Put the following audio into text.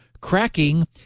cracking